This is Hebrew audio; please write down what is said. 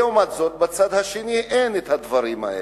לעומת זאת, בצד השני אין הדברים האלה.